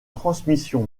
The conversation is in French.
transmission